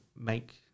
make